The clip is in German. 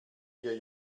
wir